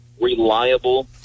reliable